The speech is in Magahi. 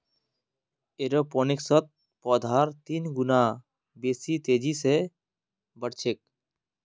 एरोपोनिक्सत पौधार तीन गुना बेसी तेजी स बढ़ छेक